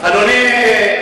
אדוני,